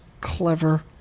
clever